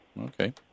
okay